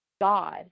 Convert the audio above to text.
God